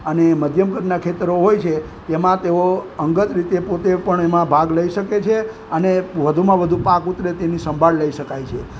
અને મધ્યમ કદના ખેતરો હોય છે તેમાં તેઓ અંગત રીતે પોતે પણ એમાં ભાગ લઈ શકે છે અને વધુમાં વધુ પાક ઉતરે તેની સંભાળ લઈ શકાય છે